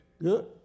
Good